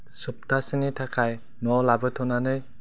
सप्ताहसेनि थाखाय न'आव लाबोथ'नानै